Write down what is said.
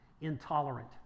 intolerant